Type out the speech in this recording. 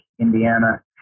Indiana